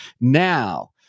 now